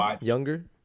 Younger